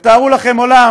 תתארו לכם עולם